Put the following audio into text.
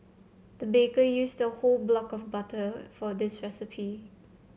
the baker used a whole block of butter for this recipe